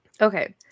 Okay